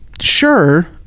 Sure